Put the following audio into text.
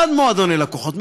בעד מועדוני לקוחות,